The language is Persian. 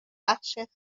بخش